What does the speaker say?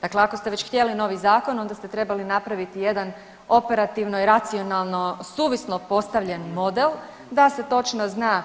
Dakle, ako ste već htjeli novi zakon onda ste trebali napraviti jedan operativno i racionalno suvislo postavljen model da se točno zna